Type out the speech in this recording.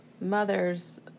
Mothers